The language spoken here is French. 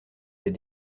les